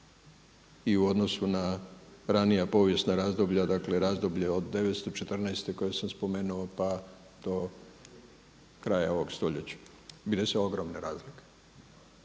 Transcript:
i u odnosu na ranija povijesna razloga. Dakle, razdoblje od 914. koje sam spomenuo, pa do kraja ovoga stoljeća bile su ogromne razlike